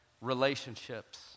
relationships